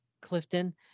clifton